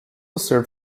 served